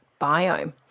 biome